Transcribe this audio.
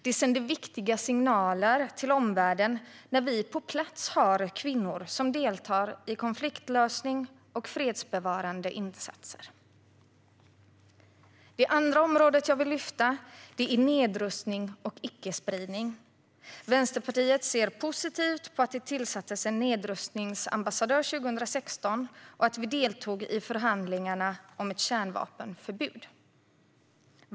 Det sänder viktiga signaler till omvärlden när vi på plats har kvinnor som deltar i konfliktlösning och fredsbevarande insatser. Det andra område som jag vill lyfta fram är nedrustning och icke-spridning. Vänsterpartiet ser positivt på att det tillsattes en nedrustningsambassadör 2016 och att vi deltog i förhandlingarna om ett kärnvapenförbud.